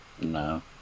No